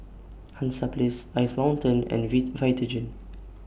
Hansaplast Ice Mountain and V Vitagen